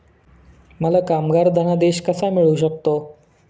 मला कामगार धनादेश कसा मिळू शकतो?